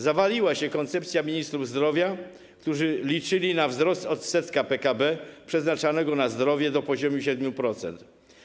Zawaliła się koncepcja ministrów zdrowia, którzy liczyli na wzrost odsetka PKB przeznaczanego na zdrowie do poziomu 7%.